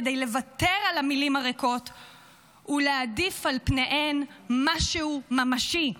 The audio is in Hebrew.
כדי לוותר על המילים ולהעדיף על פניהן משהו ממשי,